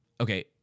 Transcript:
Okay